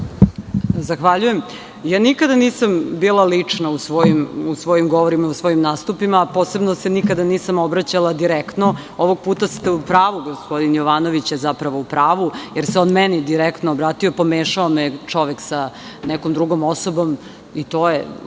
Zahvaljujem. Nikad nisam bila lična u svojim govorima i u svojim nastupima, a posebno se nikad nisam obraćala direktno. Ovog puta je gospodin Jovanović u pravu, jer se on meni direktno obratio. Pomešao me je čovek sa nekom drugom osobom i to je